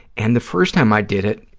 and the first time i did it,